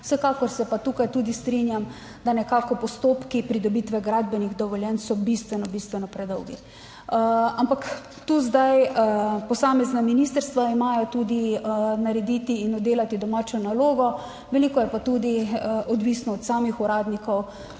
Vsekakor se pa tukaj tudi strinjam, da nekako postopki pridobitve gradbenih dovoljenj so bistveno, bistveno predolgi. Ampak tu zdaj posamezna ministrstva imajo tudi narediti in oddelati domačo nalogo, veliko je pa tudi odvisno od samih uradnikov